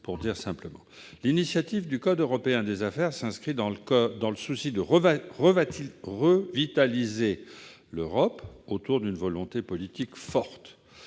pour dire simplement les choses. L'initiative du code européen des affaires répond au souci de revitaliser l'Europe autour d'une volonté politique forte,